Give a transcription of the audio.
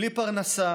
בלי פרנסה